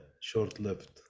short-lived